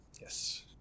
yes